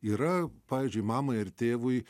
yra pavyzdžiui mamai ar tėvui